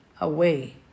away